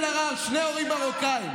קארין אלהרר, שני הורים מרוקאים.